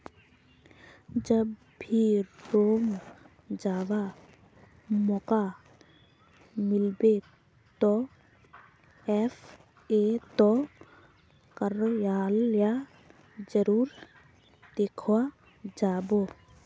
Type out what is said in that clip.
जब भी रोम जावा मौका मिलबे तो एफ ए ओ कार्यालय जरूर देखवा जा बो